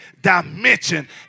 dimension